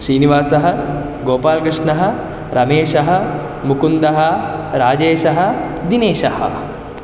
श्रीनिवासः गोपालकृष्णः रमेशः मुकुन्दः राजेशः दिनेशः